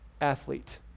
athlete